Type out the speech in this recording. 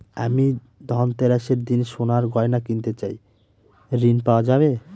আমি ধনতেরাসের দিন সোনার গয়না কিনতে চাই ঝণ পাওয়া যাবে?